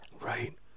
Right